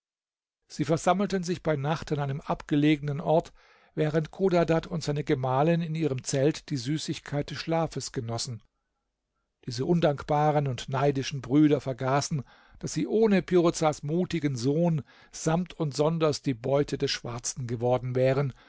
sie versammelten sich bei nacht an einem abgelegenen ort während chodadad und seine gemahlin in ihrem zelt die süßigkeit des schlafes genossen diese undankbaren und neidischen brüder vergaßen daß sie ohne piruzas mutigen sohn samt und sonders die beute des schwarzen geworden wären